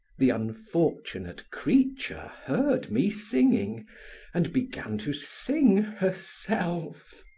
the unfortunate creature heard me singing and began to sing herself.